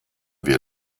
wir